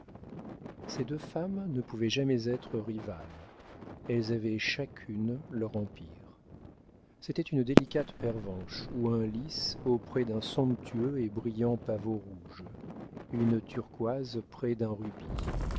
ces deux femmes ne pouvaient jamais être rivales elles avaient chacune leur empire c'était une délicate pervenche ou un lis auprès d'un somptueux et brillant pavot rouge une turquoise près d'un rubis